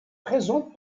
présente